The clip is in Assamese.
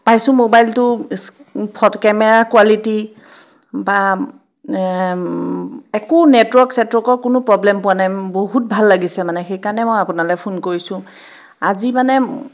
পাইছোঁ মোবাইলটো কেমেৰাৰ কোৱালিটী বা একো নেটৱৰ্ক চেটৱৰ্কৰ কোনো প্ৰব্লেম পোৱা নাই বহুত ভাল লাগিছে মানে সেইকাৰণে মই আপোনালৈ ফোন কৰিছোঁ আজি মানে